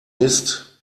mist